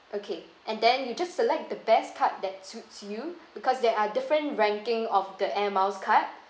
okay and then you just select the best card that suits you because there are different ranking of the air miles card